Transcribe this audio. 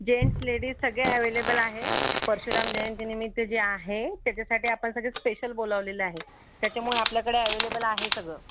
gents ladies सगळे available आहे परशुराम जयंतीनिमित्त जे आहे त्याच्यासाठी आपण सगळं स्पेशल बोलावलेलं आहे त्याच्यामुळे आपल्याकडे अवेलेबल आहे सगळं